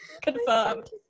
Confirmed